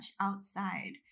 outside